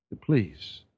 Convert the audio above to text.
please